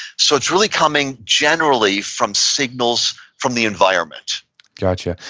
so it's really coming generally from signals from the environment got you.